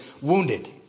wounded